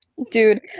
Dude